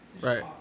Right